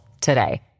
today